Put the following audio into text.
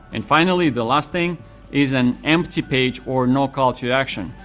and finally, the last thing is an empty page or no call to action.